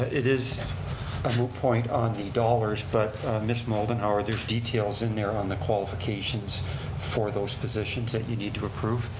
it is a moot point on the dollars but ms. moldenhaur, there's details in there on the qualifications for those positions that you need to approve.